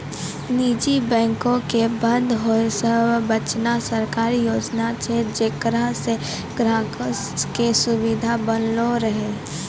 निजी बैंको के बंद होय से बचाना सरकारी योजना छै जेकरा से ग्राहको के सुविधा बनलो रहै